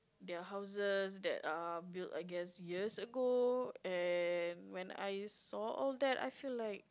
their houses that um built I guess years ago and when I saw all that I feel like